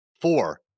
Four